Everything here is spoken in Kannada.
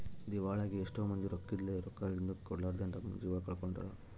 ದಿವಾಳಾಗಿ ಎಷ್ಟೊ ಮಂದಿ ರೊಕ್ಕಿದ್ಲೆ, ರೊಕ್ಕ ಹಿಂದುಕ ಕೊಡರ್ಲಾದೆ ತಮ್ಮ ಜೀವ ಕಳಕೊಂಡಾರ